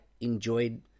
enjoyed